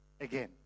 again